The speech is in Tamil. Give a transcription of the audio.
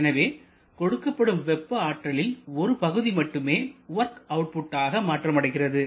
எனவே கொடுக்கப்படும் வெப்ப ஆற்றலின் ஒரு பகுதி மட்டுமே வொர்க் அவுட்புட் ஆக மாற்றமடைகிறது